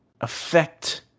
affect